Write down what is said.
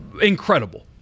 incredible